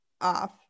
off